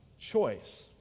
choice